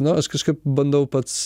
no aš kažkaip bandau pats